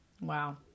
Wow